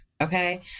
Okay